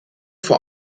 vor